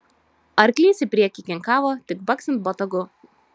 arklys į priekį kinkavo tik baksint botagu